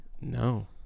No